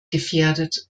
gefährdet